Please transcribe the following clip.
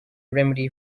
remedy